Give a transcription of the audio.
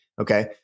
Okay